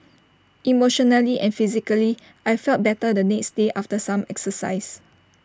emotionally and physically I felt better the next day after some exercise